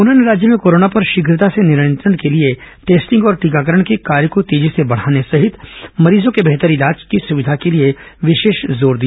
उन्होंने राज्य में कोरोना पर शीघता से नियंत्रण के लिए टेस्टिंग और टीकाकरण के कार्य को तेजी से बढ़ाने सहित मरीजों के बेहतर इलाज सुविधा के लिए विशेष जोर दिया